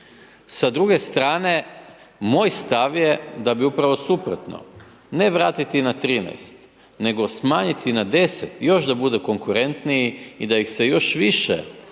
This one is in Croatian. Sa druge strane, moj stav je da bi upravo suprotno, ne vratiti na 13, nego smanjiti na 10, još da bude konkurentniji i da ih se još više